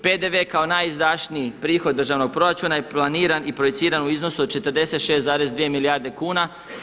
PDV kao najizdašniji prihod državnog proračuna je planiran i projiciran u iznosu od 46,2 milijarde kuna.